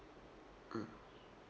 mm